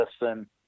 listen